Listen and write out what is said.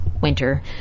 winter